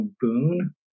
boon